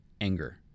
anger